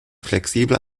flexibel